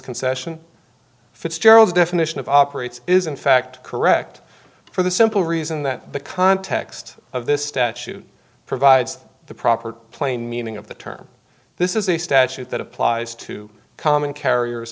concession fitzgerald's definition of operates is in fact correct for the simple reason that the context of this statute provides the proper plain meaning of the term this is a statute that applies to common carriers